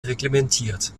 reglementiert